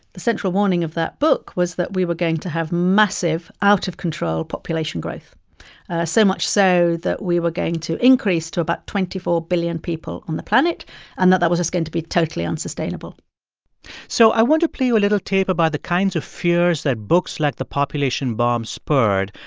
the central warning of that book was that we were going to have massive, out-of-control population growth so much so that we were going to increase to about twenty four billion people on the planet and that that was just going to be totally unsustainable so i want to play you a little tape about the kinds of fears that books like the population bomb spurred.